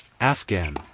Afghan